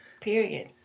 period